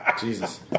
Jesus